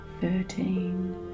thirteen